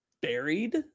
buried